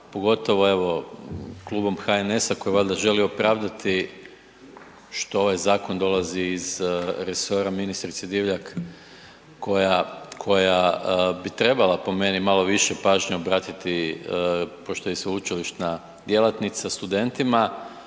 pogotovo evo klubom HNS-a koji valjda želi opravdati što ovaj zakon dolazi iz resora ministrice Divjak koja bi trebala po meni malo više pažnje obratiti, pošto je sveučilišna djelatnica studentima.